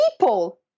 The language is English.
people